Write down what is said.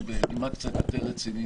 אבל בנימה קצת יותר רצינית,